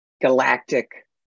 galactic